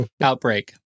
Outbreak